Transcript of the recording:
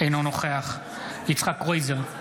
אינו נוכח יצחק קרויזר,